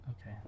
Okay